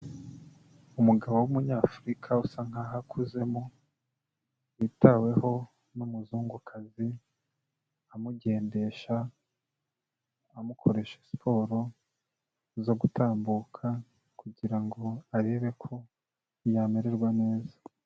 Umugabo w'umunyafurika usa nk'aho akuzemo, yitaweho n'umuzungukazi amugendesha, amukoresha siporo, zo gutambuka kugira ngo arebe ko yamererwa neza.